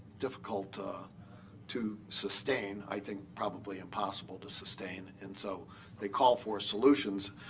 difficult ah to sustain i think probably impossible to sustain. and so they call for solutions.